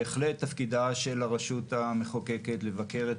בהחלט תפקידה של הרשות המחוקקת לבקר את